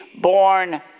born